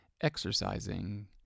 exercising